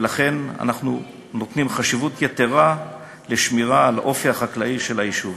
ולכן אנחנו נותנים חשיבות יתרה לשמירה על האופי החקלאי של היישוב.